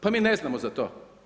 Pa mi ne znamo za to.